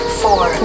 Four